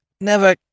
Never